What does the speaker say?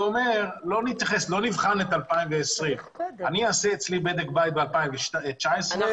לא נבחן את 2020. אני אעשה אצלי בדק בית ב-2019 ואני אדאג לפנות לרשות.